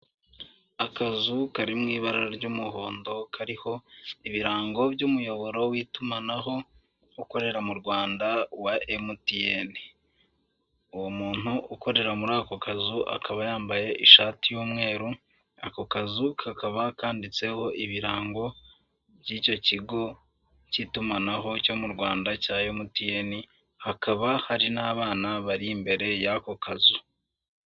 Akazu kari mu ibara ry'umuhondo kariho ibirango by'umuyoboro w'itumanaho ukorera mu Rwanda wa emutiyene. Uwo muntu ukorera muri ako kazu akaba yambaye ishati y'umweru, ako kazu kakaba kanditseho ibirango by'icyo kigo cy'itumanaho cyo mu Rwanda cya emutiyene, hakaba hari n'abana bari imbere y'ako kazu.